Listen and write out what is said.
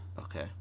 Okay